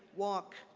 walk,